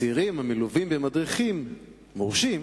הצעירים, המלווים במדריכים מורשים,